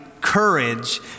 courage